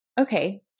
okay